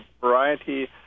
variety